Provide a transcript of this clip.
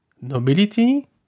nobility